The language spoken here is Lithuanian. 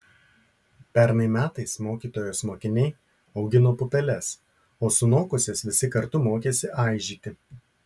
pernai metais mokytojos mokiniai augino pupeles o sunokusias visi kartu mokėsi aižyti